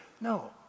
no